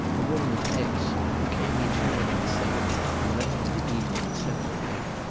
a woman of aix, who came each morning at seven and left in the evening at seven or eight.